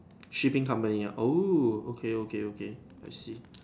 shipping company ah oh okay okay okay I see